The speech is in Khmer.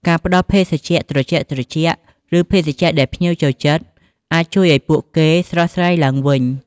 ការផ្ដល់ភេសជ្ជៈត្រជាក់ៗ ឬភេសជ្ជៈដែលភ្ញៀវចូលចិត្ត អាចជួយឱ្យពួកគេស្រស់ស្រាយឡើងវិញ។